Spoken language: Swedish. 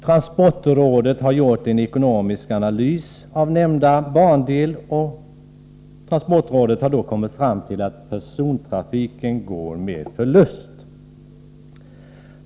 Transportrådet har gjort en ekonomisk analys av nämnda bandel och kommit fram till att persontrafiken går med förlust.